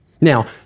now